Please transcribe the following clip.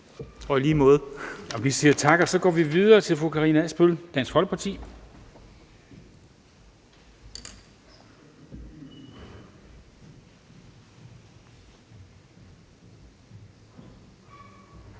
og så går vi videre til fru Karina Adsbøl, Dansk Folkeparti.